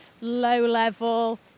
low-level